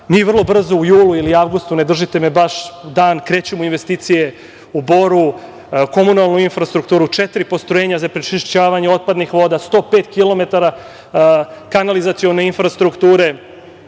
mi vrlo brzo u julu ili avgustu, ne držite me baš u dan, krećemo investicije u Boru, komunalnu infrastrukturu, četiri postrojenja za prečišćavanje otpadnih voda, 105 kilometara kanalizacione infrastrukture,